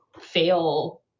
fail